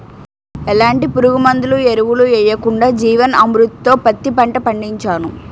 ఎలాంటి పురుగుమందులు, ఎరువులు యెయ్యకుండా జీవన్ అమృత్ తో పత్తి పంట పండించాను